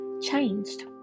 changed